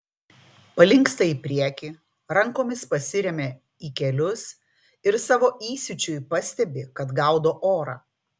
palinksta į priekį rankomis pasiremia į kelius ir savo įsiūčiui pastebi kad gaudo orą